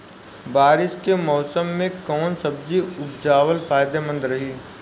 बारिश के मौषम मे कौन सब्जी उपजावल फायदेमंद रही?